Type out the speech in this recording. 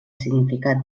significat